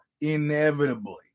inevitably